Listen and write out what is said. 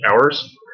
hours